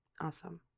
Awesome